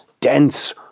dense